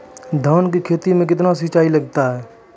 धान की खेती मे कितने सिंचाई लगता है?